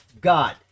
God